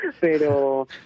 Pero